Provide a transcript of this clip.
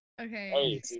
Okay